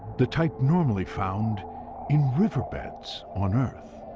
the type normally found in riverbeds on earth.